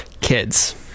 Kids